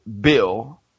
bill